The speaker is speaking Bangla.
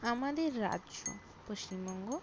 আমাদের রাজ্য পশ্চিমবঙ্গ